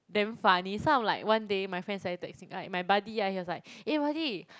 damn funny so I'm like one day my friend suddenly text me like my buddy he was like eh buddy